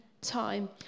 time